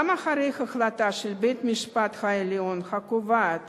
גם אחרי החלטה של בית-המשפט העליון הקובעת